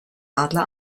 adler